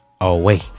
away